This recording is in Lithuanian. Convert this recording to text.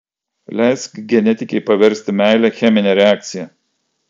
leisk genetikei paversti meilę chemine reakcija